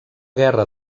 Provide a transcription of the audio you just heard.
guerra